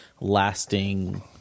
lasting